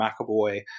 McAvoy